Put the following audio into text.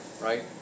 right